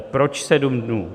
Proč 7 dnů?